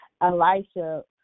Elisha